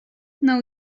know